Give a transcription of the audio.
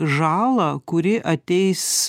žalą kuri ateis